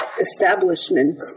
establishment